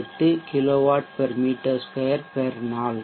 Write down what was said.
58 kilowatt மீ 2 நாள்